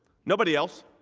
nobody else.